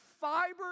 fiber